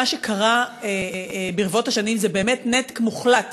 מה שקרה ברבות השנים זה באמת נתק מוחלט